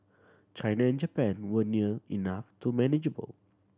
China and Japan were near enough to manageable